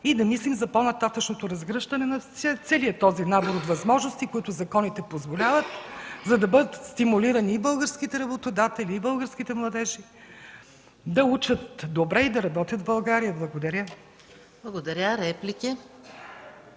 спорове и за по-нататъшното разгръщане на целия този набор от възможности, които законите позволяват, за да бъдат стимулирани и българските работодатели, и българските младежи да учат добре и да работят в България. Благодаря Ви.